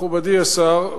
מכובדי השר,